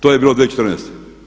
To je bilo 2014.